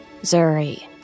Zuri